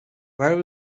where